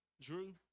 Drew